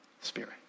Spirit